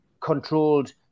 controlled